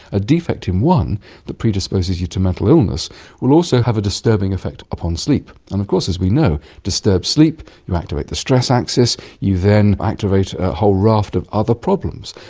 a defect in one that predisposes you to mental illness will also have a disturbing effect upon sleep. and of course, as we know, disturbed sleep, you activate the stress axis, you then activate a whole raft of other problems.